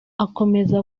akomeza